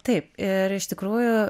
taip ir iš tikrųjų